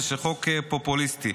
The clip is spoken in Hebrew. שזה חוק פופוליסטי.